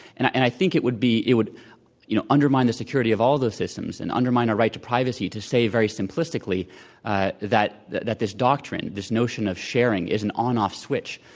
and i think it would be it would you know undermine the security of all those systems and undermine our right to privacy to say very simplistically that that this doctrine, this notion of sharing, is an on off switch.